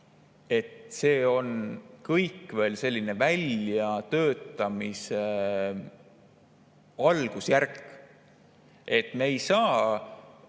et see on kõik veel selline väljatöötamise algusjärk. Me ei saa